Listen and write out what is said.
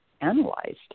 analyzed